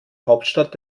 hauptstadt